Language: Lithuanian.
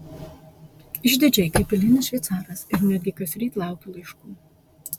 išdidžiai kaip eilinis šveicaras ir netgi kasryt laukiu laiškų